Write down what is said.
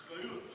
האחריות.